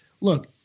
look